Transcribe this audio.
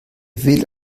will